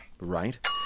Right